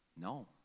No